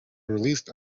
released